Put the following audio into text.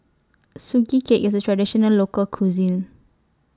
Sugee Cake IS A Traditional Local Cuisine